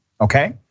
Okay